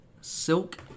silk